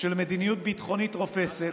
של מדיניות ביטחונית רופסת